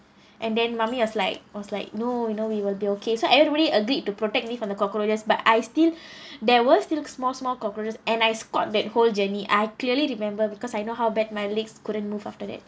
and then mummy was like was like no you know we will be okay so everybody agreed to protect me from the cockroaches but I still there were still small small cockroaches and I squat that whole journey I clearly remember because I know how bad my legs couldn't move after that